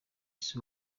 isi